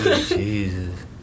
Jesus